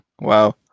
Wow